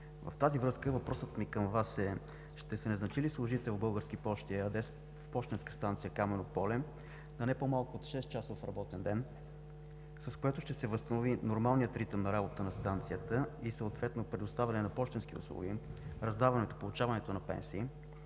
В тази връзка въпросът ми към Вас е: ще се назначи ли служител в „Български пощи“ ЕАД, в пощенска станция Камено поле на не по-малко от шестчасов работен ден? С това ще се възстанови нормалният ритъм на работа на станцията и съответно предоставянето на пощенски услуги, раздаването, получаването на пенсии,